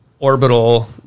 Orbital